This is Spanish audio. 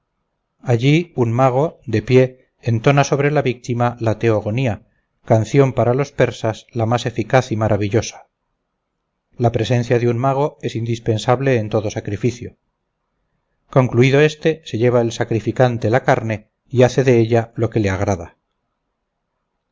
allí un mago de pie entona sobre la víctima la theogonia canción para los persas la más eficaz y maravillosa la presencia de un mago es indispensable en todo sacrificio concluido éste se lleva el sacrificante la carne y hace de ella lo que le agrada